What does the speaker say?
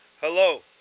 Hello